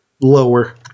lower